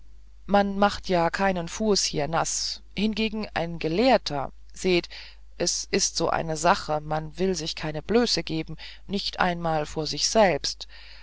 man macht ja keinen fuß hier naß hingegen ein gelehrter seht es ist so eine sache man will sich keine blöße geben nicht einmal vor sich selbst